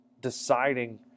deciding